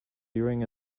during